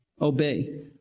Obey